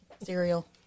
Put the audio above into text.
Cereal